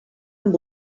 amb